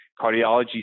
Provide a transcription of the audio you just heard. cardiology